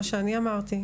כל מה שאני אמרתי,